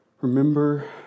remember